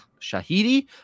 shahidi